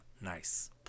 Nice